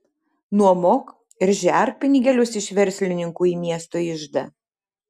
nuomok ir žerk pinigėlius iš verslininkų į miesto iždą